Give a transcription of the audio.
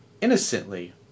innocently